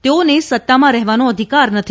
તેઓને સત્તામાં રહેવાનો અધિકાર નથી